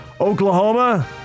Oklahoma